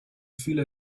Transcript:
feel